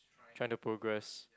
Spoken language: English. trying to progress